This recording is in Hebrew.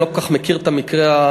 אני לא כל כך מכיר את המקרה הספציפי.